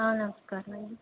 నమస్కారమండీ